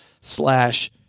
slash